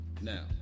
Now